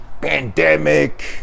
pandemic